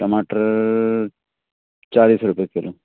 टमाटर चालीस रुपए किलो